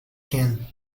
can